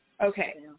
Okay